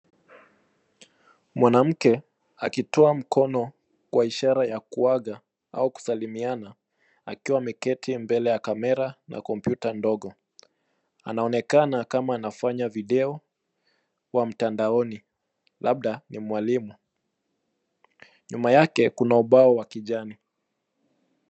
Mwanamke akitoa mkono kwa ishara ya kuaga au kusalimiana akiwa ameketi mbele ya kamera na kompyuta ndogo. Anaonekana kama anafanya video wa mtandaoni, labda ni mwalimu. Nyuma yake kuna ubao wa kijani.